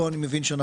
פה אנחנו נוגעים